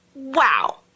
Wow